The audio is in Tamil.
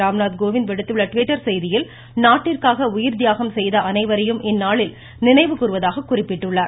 ராம்நாத்கோவிந்த் விடுத்துள்ள டிவிட்டர் செய்தியில் நாட்டிற்காக உயிர் தியாகம் செய்த அனைவரையும் இந்நாளில் நினைவு கூர்வதாக குறிப்பிட்டுள்ளார்